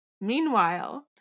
Meanwhile